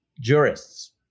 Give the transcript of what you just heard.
jurists